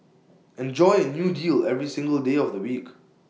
enjoy A new deal every single day of the week